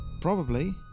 Probably